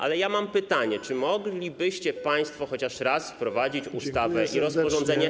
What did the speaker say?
Ale mam pytanie: Czy moglibyście państwo chociaż raz wprowadzić ustawę i rozporządzenie.